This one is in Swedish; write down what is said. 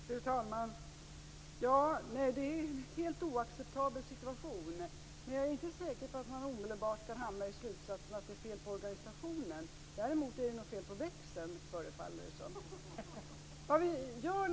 Fru talman! Situationen är helt oacceptabel men jag är inte säker på att man omedelbart kan hamna i slutsatsen att det är fel på organisationen. Däremot förefaller det att vara fel på växeln.